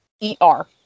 E-R